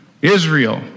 Israel